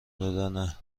دادن